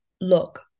look